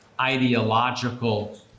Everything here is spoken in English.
ideological